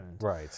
Right